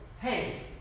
hey